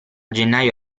gennaio